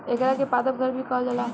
एकरा के पादप घर भी कहल जाला